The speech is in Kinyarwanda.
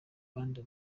rwanda